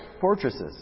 fortresses